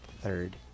third